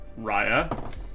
Raya